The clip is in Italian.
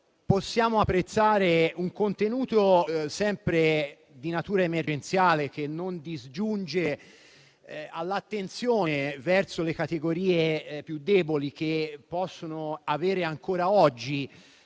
possiamo apprezzare un contenuto sempre di natura emergenziale che non si disgiunge da un'attenzione verso le categorie più deboli, che ancora oggi